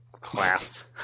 class